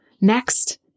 Next